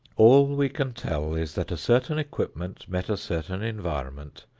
all we can tell is that a certain equipment met a certain environment,